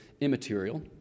immaterial